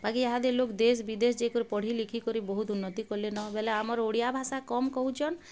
ବାକି ଇହାଦେ ଲୋକ୍ ଦେଶ୍ ବିଦେଶ୍ ଯାଇକରି ପଢ଼ିଲିଖିକରି ବହୁତ୍ ଉନ୍ନତି କଲେନ ବେଲେ ଆମର୍ ଓଡ଼ିଆ ଭାଷା କମ୍ କହୁଚନ୍